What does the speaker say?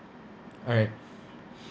alright